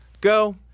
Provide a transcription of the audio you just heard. Go